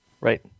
right